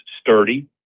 sturdy